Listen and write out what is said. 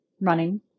running